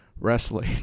wrestling